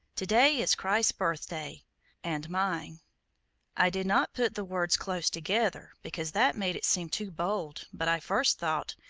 to-day is christ's birthday and mine i did not put the words close together, because that made it seem too bold but i first thought,